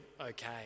okay